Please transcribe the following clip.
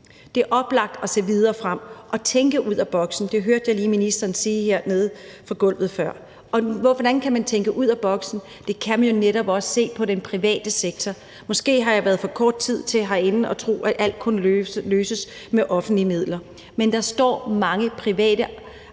det er oplagt at se videre frem og tænke ud af boksen. Det hørte jeg lige ministeren sige hernede fra gulvet før. Og hvordan kan man tænke ud af boksen? Det kan man jo netop også se på den private sektor. Måske har jeg været for kort tid herinde til at tro, at alt kan løses med offentlige midler, men der står mange private